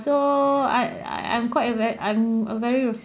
so I I I am quite a very I'm a very